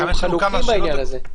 אנחנו חלוקים בעניין הזה.